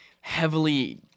heavily